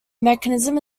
mechanism